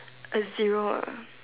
a zero ah